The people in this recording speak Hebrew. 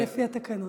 זה לפי התקנון.